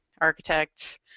architect